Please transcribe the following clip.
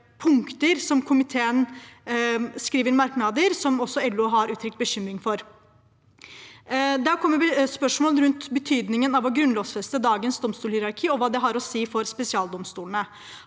punkter som komiteen skriver om i sine merknader, og som også LO har uttrykt bekymring for. Det har kommet spørsmål rundt betydningen av å grunnlovfeste dagens domstolhierarki og hva det har å si for spesialdomstolene.